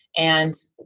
and,